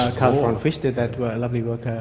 ah karl von frisch did that lovely work